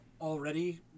already